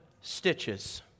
stitches